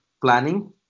planning